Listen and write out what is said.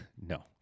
no